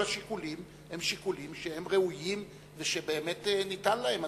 השיקולים הם שיקולים ראויים ובאמת ניתן להם,